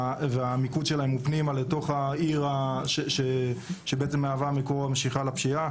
והמיקוד שלהם הוא פנימה לתוך העיר שבעצם מהווה מקור המשיכה לפשיעה.